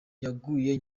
yaguye